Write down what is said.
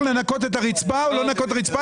לנקות את הרצפה או לא לנקות את הרצפה,